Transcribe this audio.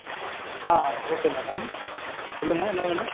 ஆ okay madam சொல்லுங்கள் என்ன வேணும்